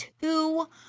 two